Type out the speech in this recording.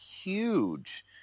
huge